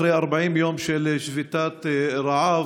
אחרי 40 יום של שביתת רעב,